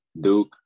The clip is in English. Duke